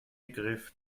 griff